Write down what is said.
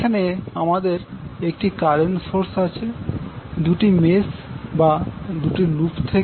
এখানে আমাদের একটি কারেন্ট সোর্স আসছে দুটি মেস বা দুটি লুপ থেকে